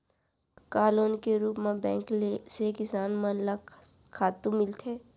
का लोन के रूप मा बैंक से किसान मन ला खातू मिलथे?